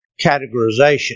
categorization